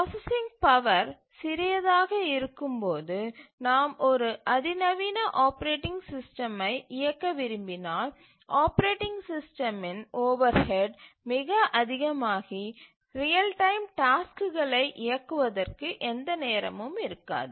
processing power சிறியதாக இருக்கும் போது நாம் ஒரு அதிநவீன ஆப்பரேட்டிங் சிஸ்டமை இயக்க விரும்பினால் ஆப்பரேட்டிங் சிஸ்டமின் ஓவர்ஹெட் மிக அதிகமாகி ரியல் டைம் டாஸ்க்குகளை இயக்குவதற்கு எந்த நேரமும் இருக்காது